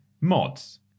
Mods